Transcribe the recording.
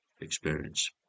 experience